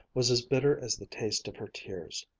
was as bitter as the taste of her tears.